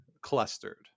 clustered